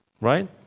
Right